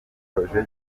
projet